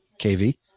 KV